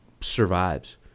survives